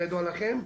כידוע לכם.